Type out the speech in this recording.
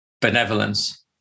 benevolence